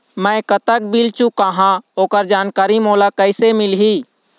मैं कतक बिल चुकाहां ओकर जानकारी मोला कइसे मिलही?